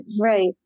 Right